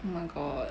oh my god